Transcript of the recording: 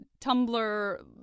Tumblr